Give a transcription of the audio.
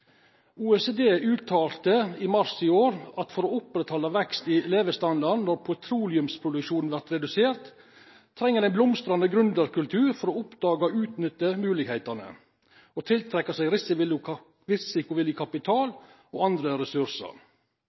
OECD uttalte i mars i år: «For å opprettholde vekst i levestandarden idet petroleumsproduksjonen faller, trengs en blomstrende gründerkultur for å oppdage og utnytte muligheter og tiltrekke seg risikovillig kapital og andre ressurser».